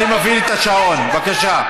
אני מפעיל את השעון, בבקשה.